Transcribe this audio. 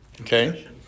Okay